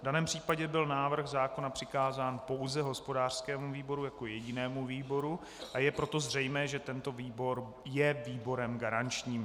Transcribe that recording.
V daném případě byl návrh zákona přikázán pouze hospodářskému výboru jako jedinému výboru, a je proto zřejmé, že tento výbor je výborem garančním.